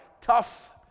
tough